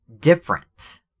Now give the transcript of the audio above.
different